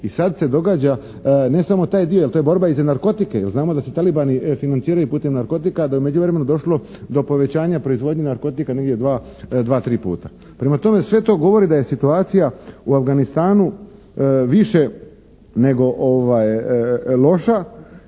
i sad se događa ne samo taj dio jer to je borba i za narkotike jer znamo da se talibani financiraju putem narkotika, da je u međuvremenu došlo do povećanja proizvodnje narkotika negdje dva, tri puta. Prema tome, sve to govori da je situacija u Afganistanu više nego loša